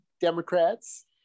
Democrats